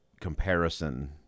comparison